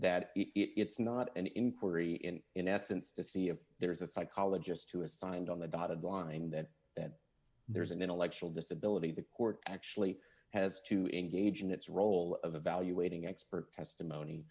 that it's not an inquiry in in essence to see if there is a psychologist who has signed on the dotted line that that there is an intellectual disability the court actually has to engage in its role of evaluating expert testimony